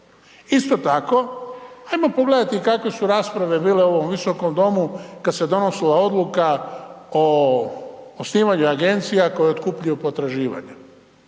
Isto tako, hajmo pogledati kakve su rasprave bile u ovom Visokom domu kad se donosila odluka o osnivanju agencija koje otkupljuju potraživanja.